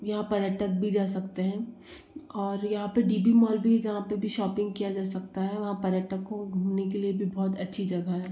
यहाँ पर्यटक भी जा सकते हैं और यहाँ पर डी बी मॉल भी है जहाँ पर भी शॉपिंग किया जा सकता है वहाँ पर्यटकों को घूमने के लिए भी बहुत अच्छी जगह है